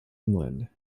england